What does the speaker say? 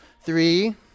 Three